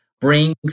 brings